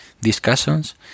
discussions